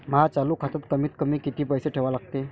माया चालू खात्यात कमीत कमी किती पैसे ठेवा लागते?